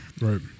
right